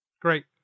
Great